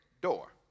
door